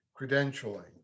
credentialing